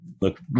look